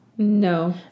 No